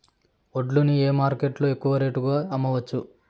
వడ్లు ని ఏ మార్కెట్ లో ఎక్కువగా రేటు కి అమ్మవచ్చు?